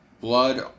Blood